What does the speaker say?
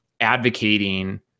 advocating